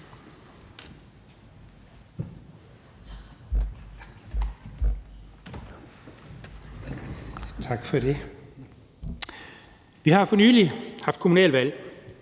Vi har for nylig haft kommunalvalg,